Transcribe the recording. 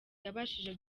yabashije